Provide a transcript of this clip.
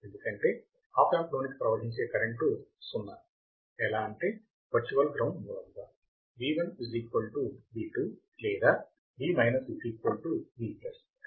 ఎందుకంటే op amp లోనికి ప్రవహించే కరంటు 0సున్నా ఎలా అంటే వర్చువల్ గ్రౌండ్ మూలముగా V1 V2 లేదా V V